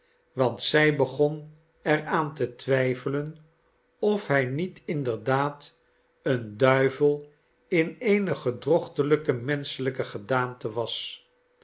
want zij begon er aan te twijfelen of hij niet inderdaad een duivel in eene gedrochtelijke menschelijke gedaante was